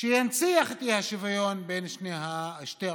שינציח את האי-שוויון בין שתי האוכלוסיות,